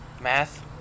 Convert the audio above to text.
Math